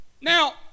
Now